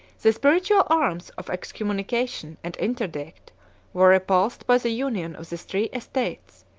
the spiritual arms of excommunication and interdict were repulsed by the union of the three estates,